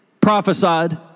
prophesied